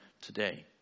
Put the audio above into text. today